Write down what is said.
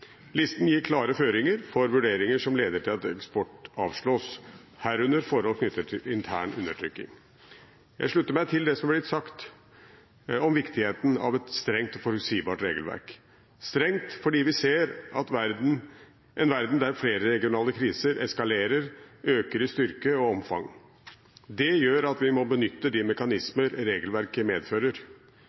Listen gir klare føringer for vurderinger som leder til at eksport avslås, herunder forhold knyttet til intern undertrykking. Jeg slutter meg til det som er blitt sagt om viktigheten av et strengt og forutsigbart regelverk – strengt fordi vi ser en verden der flere regionale kriser eskalerer, øker i styrke og omfang. Det gjør at vi må benytte de mekanismer regelverket medfører.